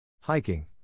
Hiking